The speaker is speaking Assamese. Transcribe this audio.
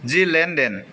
যি লেনদেন